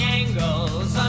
angles